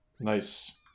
Nice